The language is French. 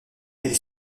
est